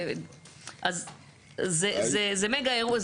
אז זה מגה אירוע,